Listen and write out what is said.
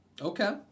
Okay